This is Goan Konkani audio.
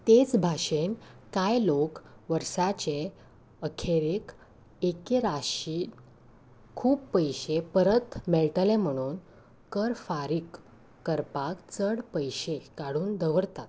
तेच भाशेन कांय लोक वर्साचे अखेरेक एके राशी खूब पयशे परत मेळटले म्हणून कर फारीक करपाक चड पयशे काडून दवरतात